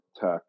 Tech